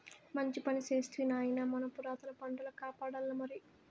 మంచి పని చేస్తివి నాయనా మన పురాతన పంటల కాపాడాల్లమరి